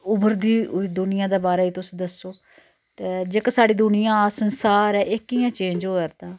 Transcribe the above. उबरदी दुनियां दे बारे च तुस दस्सो ते जेह्के साढ़ी दुनियां अस सारे एह् कियां चेंज़ होआ'रदा